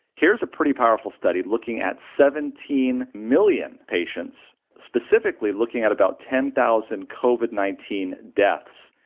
here's a pretty powerful study looking at seventeen million, patients specifically looking at about ten thousand covid nineteen deaths,